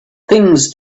things